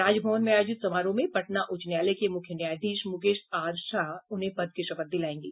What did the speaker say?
राजभवन में आयोजित समारोह में पटना उच्च न्यायालय के मुख्य न्यायाधीश मुकेश आर शाह उन्हें पद की शपथ दिलायेंगे